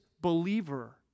believer